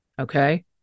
okay